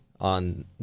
on